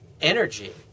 energy